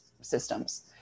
systems